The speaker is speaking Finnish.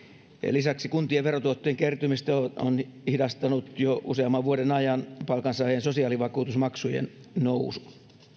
lisäksi kuntien verotuottojen kertymistä on hidastanut jo useamman vuoden ajan palkansaajien sosiaalivakuutusmaksujen nousu